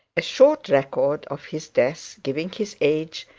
a short record of his death, giving his age,